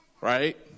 right